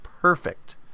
perfect